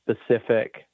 specific